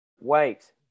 wait